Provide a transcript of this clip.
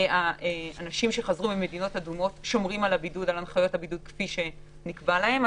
מהאנשים שחזרו ממדינות אדומות שומרים על הנחיות הבידוד כפי שנקבעו להם.